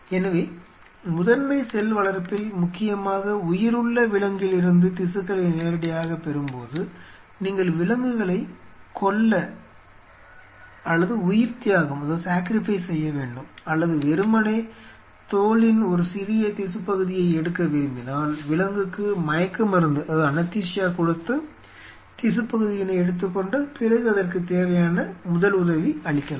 எனவே முதன்மை செல் வளர்ப்பில் முக்கியமாக உயிருள்ள விலங்கிலிருந்து திசுக்களை நேரடியாகப் பெறும்போது நீங்கள் விலங்குகளைக் கொல்ல அல்லது உயிர்த்தியாகம் செய்ய வேண்டும் அல்லது வெறுமனே தோலின் ஒரு சிறிய திசுப் பகுதியை எடுக்க விரும்பினால் விலங்குக்கு மயக்கமருந்து கொடுத்து திசுப் பகுதியினை எடுத்துக்கொண்டு பிறகு அதற்குத் தேவையான முதலுதவி அளிக்கலாம்